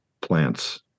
plants